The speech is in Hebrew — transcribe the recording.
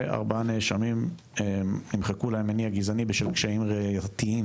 ו-4 נאשמים נמחקו להם מניע גזעני בשל קשיים ראייתיים,